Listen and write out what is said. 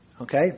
Okay